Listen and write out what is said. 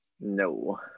No